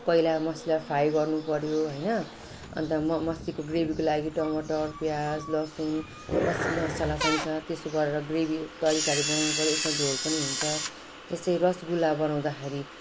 पहिला मछलीलाई फ्राई गर्नुपर्यो हैन अनि त म मछलीकोे ग्रेभीको लागि टमाटर पियाज लसुन मस मसाला चाहिन्छ त्यसो गरेर ग्रेभी तरिकाले बनाउनुपर्यो यसमा झोल पनि हुन्छ जस्तै रसगुल्ला बनाउँदाखेरि